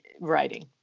writing